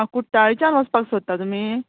आं कुट्टाळच्यान वचपाक सोदता तुमी